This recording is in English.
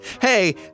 Hey